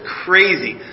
crazy